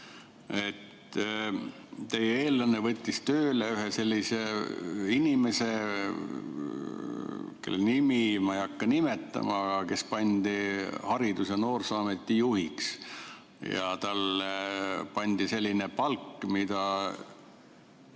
Teie eellane võttis tööle ühe sellise inimese, kelle nime ma ei hakka nimetama, aga kes pandi Haridus- ja Noorteameti juhiks ja talle määrati selline palk, mida